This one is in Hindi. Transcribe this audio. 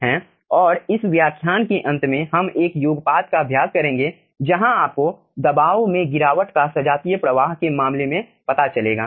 और इस व्याख्यान के अंत में हम 1 योगपात का अभ्यास करेंगे जहाँ आपको दबाव में गिरावट का सजातीय प्रवाह के मामले में पता चलेगा